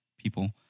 people